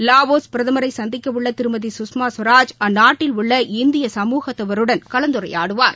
Laos பிரதமரைசந்திக்கஉள்ளதிருமதி ஸ்வராஜ் அந்நாட்டில் உள்ள இந்திய கமூகத்தவருடன் கலந்துரையாடுவார்